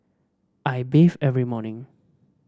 I bathe every morning